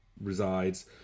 resides